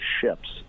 ships